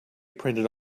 printed